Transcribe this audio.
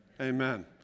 Amen